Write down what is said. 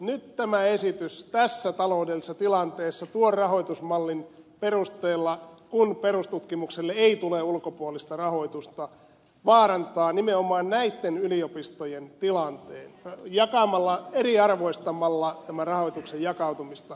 nyt tämä esitys tässä taloudellisessa tilanteessa tuon rahoitusmallin perusteella kun perustutkimukselle ei tule ulkopuolista rahoitusta vaarantaa nimenomaan näitten yliopistojen tilanteen eriarvoistamalla tämän rahoituksen jakautumista